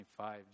25